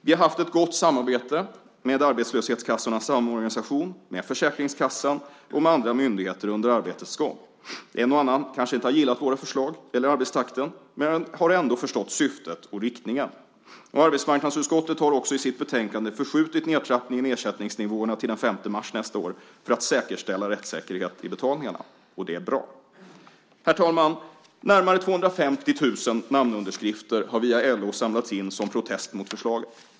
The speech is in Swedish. Vi har haft ett gott samarbete med Arbetslöshetskassornas samorganisation, Försäkringskassan och andra myndigheter under arbetets gång. En och annan kanske inte har gillat våra förslag eller arbetstakten men har ändå förstått syftet och riktningen. Arbetsmarknadsutskottet har också i sitt betänkande skjutit upp nedtrappningen i ersättningsnivåerna till den 5 mars nästa år för att säkerställa rättssäkerhet i betalningarna, och det är bra. Herr talman! Närmare 250 000 namnunderskrifter har via LO samlats in som protest mot förslaget.